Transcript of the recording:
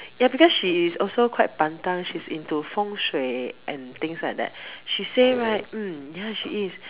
ya because she is also quite pantang she's into feng-shui and things like that she say right mm ya she is